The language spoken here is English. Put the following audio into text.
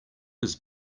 his